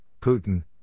Putin